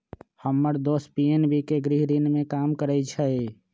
हम्मर दोस पी.एन.बी के गृह ऋण में काम करइ छई